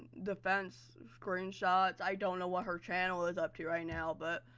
defense, screenshots. i don't know what her channel is up to right now but,